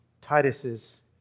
Titus's